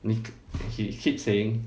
你 he keep saying